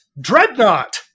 Dreadnought